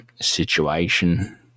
situation